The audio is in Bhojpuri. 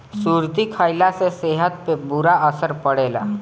सुरती खईला से सेहत पे बुरा असर पड़ेला